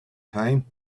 time